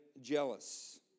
jealous